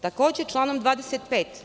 Takođe, članom 25.